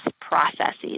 processes